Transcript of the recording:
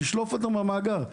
לשלוף אותו מן המאגר,